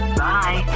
bye